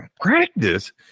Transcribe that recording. Practice